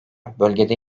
bölgede